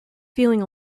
feeling